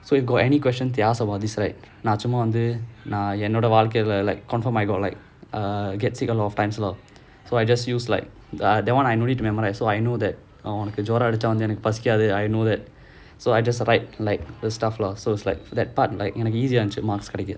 so you got any question to ask about this right நான் சும்மா வந்து என்னோட வாழ்க்கைல:naan chumma vanthu enoda vazhkaila like confirm I got like err get sick a lot of times lor so I just use like the that [one] I don't need memorise so I know that அவன் உனக்கு ஜுரம் அடிச்சா வந்து எனக்கு பசிக்காது:avan unnakku juram adichaa vanthu ennakku pasikaathu I know that so I just write like the stuff lah so it's like that part you know எனக்கு:ennakku easy eh இருந்துச்சி:irunthuchi mark கிடைக்க:kidaikka